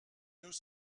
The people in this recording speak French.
nous